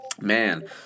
Man